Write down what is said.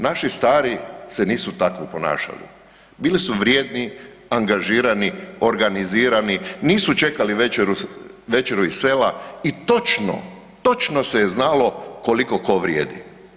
Naši stari se nisu tako ponašali, bili su vrijedni, angažirani, organizirani, nisu čekali večeru iz sela i točno, točno se je znalo koliko ko vrijedi.